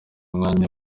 umwanya